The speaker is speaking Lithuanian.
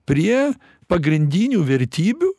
prie pagrindinių vertybių